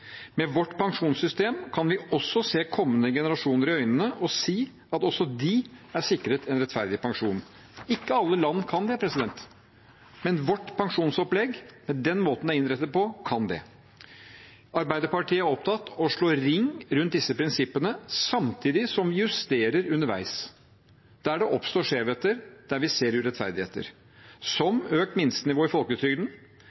Med vårt pensjonssystem kan vi også se kommende generasjoner i øynene og si at også de er sikret en rettferdig pensjon. Ikke alle land kan det, men med vårt pensjonsopplegg, med den måten det er innrettet på, kan vi det. Arbeiderpartiet er opptatt av å slå ring rundt disse prinsippene samtidig som vi justerer underveis der det oppstår skjevheter, der vi ser urettferdigheter